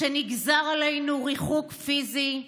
כשנגזר עלינו ריחוק פיזי,